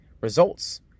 results